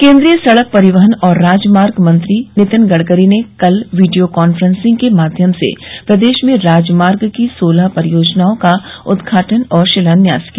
केंद्रीय सडक परिवहन और राजमार्ग मंत्री नितिन गडकरी ने कल वीडियो कांफ्रेंसिंग के माध्यम से प्रदेश में राजमार्ग की सोलह परियोजनाओं का उद्घाटन और शिलान्यास किया